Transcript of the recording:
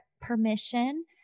permission